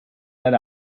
let